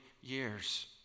years